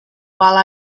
while